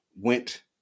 Went